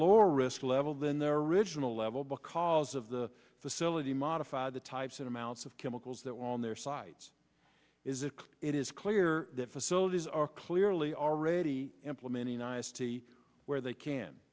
lower risk level than their original level because of the facility modify the types and amounts of chemicals that were on their sides is it it is clear that facilities are clearly already implementing i study where they can